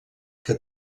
que